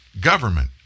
government